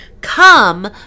come